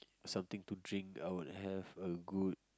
something to drink I would have a good